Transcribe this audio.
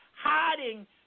hiding